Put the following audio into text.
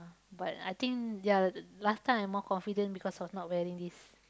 ah but I think ya the last time I more confident because of not wearing this